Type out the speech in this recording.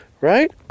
right